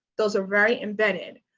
those are very embedded.